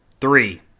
three